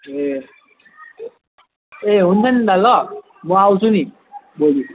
ए ए हुन्छ नि दा ल म आउँछु नि भोलि